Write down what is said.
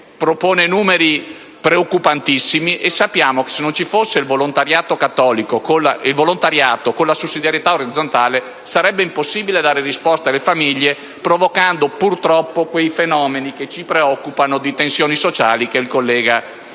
dati molto preoccupanti), e sappiamo che se non ci fosse il volontariato con la sussidiarietà orizzontale sarebbe impossibile dare risposte alle famiglie, provocando purtroppo quei fenomeni, che ci preoccupano, di tensioni sociali di cui si